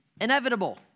inevitable